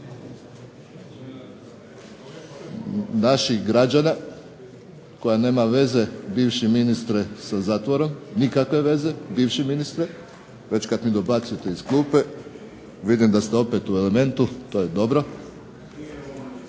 naših građana koja nema veze bivši ministre sa zatvorom, nikakve veze bivši ministre već kad mi dobacujete iz klupe. Vidim da ste opet u elementu. To je dobro.